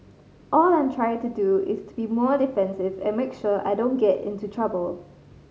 all I am trying to do is to be more defensive and make sure I don't get into trouble